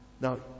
Now